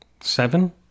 Seven